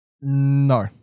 No